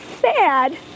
sad